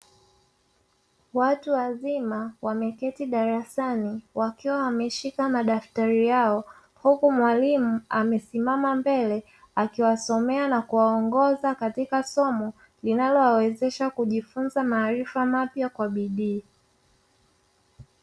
Watu wazima wameketi darasani wakiwa wameshika madaftari yao huku mwalimu amesimama mbele akiwasomea na kuwaongoza katika somo linalowawezesha kujifunza maarifa mapya kwa bidii.